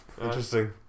Interesting